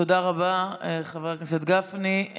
תודה רבה, חבר הכנסת גפני.